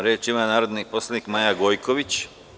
Reč ima narodni poslanik Maja Gojković.